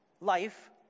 life